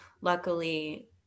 luckily